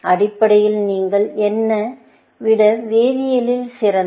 அடிப்படையில் நீங்கள் என்னை விட வேதியியலில் சிறந்தவர்